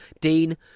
Dean